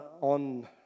on